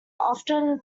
often